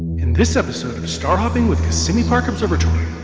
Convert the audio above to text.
in this episode of star hopping with kissimmee park observatory,